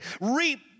reap